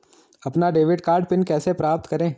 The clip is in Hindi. अपना डेबिट कार्ड पिन कैसे प्राप्त करें?